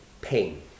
pain